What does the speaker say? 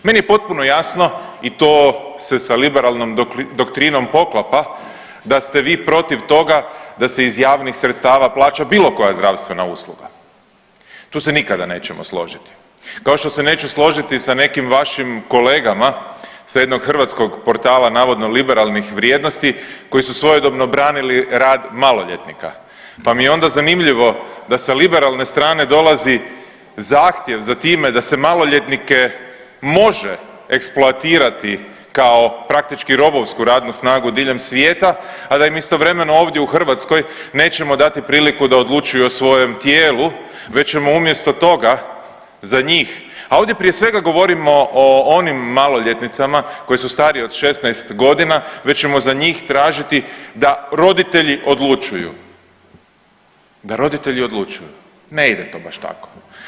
Meni je potpuno jasno i to se sa liberalnom doktrinom poklapa da ste vi protiv toga da se iz javnih sredstava plaća bilo koja zdravstvena usluga, tu se nikada nećemo složiti, kao što se neću složiti sa nekim vašim kolegama sa jednog hrvatskog portala navodno liberalnih vrijednosti koji su svojedobno branili rad maloljetnika, pa mi je onda zanimljivo da sa liberalne strane dolazi zahtjev za time da se maloljetnike može eksploatirati kao praktički robovsku radnu snagu diljem svijeta, a da im istovremeno ovdje u Hrvatskoj nećemo dati priliku da odlučuju o svojem tijelu već ćemo umjesto toga za njih, a ovdje prije svega govorimo o onim maloljetnicama koje su starije od 16.g., već ćemo za njih tražiti da roditelji odlučuju, da roditelji odlučuju, ne ide to baš tako.